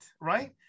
Right